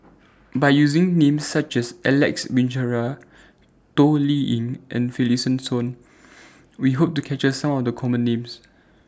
By using Names such as Alex Abisheganaden Toh Liying and Finlayson We Hope to capture Some of The Common Names